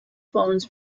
phones